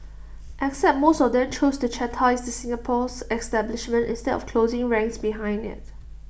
except most of them chose to chastise the Singapore's establishment instead of closing ranks behind IT